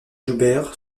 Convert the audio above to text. joubert